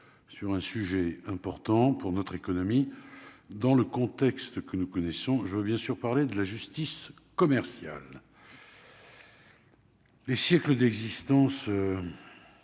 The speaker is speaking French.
sur un sujet important pour notre économie, dans le contexte que nous connaissons, je veux bien sûr parler de la justice commerciale. Les siècles d'existence